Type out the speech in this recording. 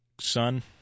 son